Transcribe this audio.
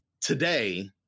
today